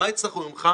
מה יצטרכו ממך?